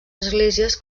esglésies